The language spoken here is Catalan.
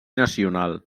nacional